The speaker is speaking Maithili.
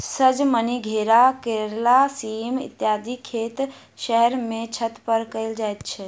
सजमनि, घेरा, करैला, सीम इत्यादिक खेत शहर मे छत पर कयल जाइत छै